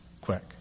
quick